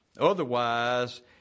Otherwise